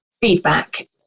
feedback